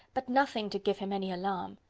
but nothing to give him any alarm.